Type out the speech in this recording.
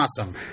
awesome